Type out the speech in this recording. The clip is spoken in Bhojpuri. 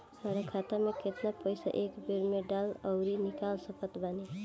हमार खाता मे केतना पईसा एक बेर मे डाल आऊर निकाल सकत बानी?